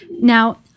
Now